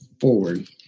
forward